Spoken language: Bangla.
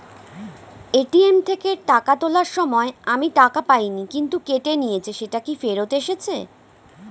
এ.টি.এম থেকে টাকা তোলার সময় আমি টাকা পাইনি কিন্তু কেটে নিয়েছে সেটা কি ফেরত এসেছে?